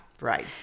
right